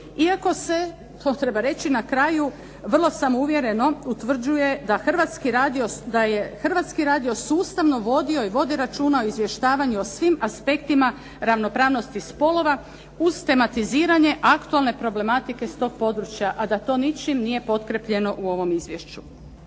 iako se, to treba reći na kraju, vrlo samouvjereno utvrđuje da je Hrvatski radio sustavno vodio i vodi računa o izvještavanju o svim aspektima ravnopravnosti spolova uz tematiziranje aktualne problematike s tog područja a da to ničim nije potkrijepljeno u ovom izvješću.